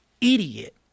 idiot